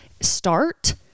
start